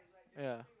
ya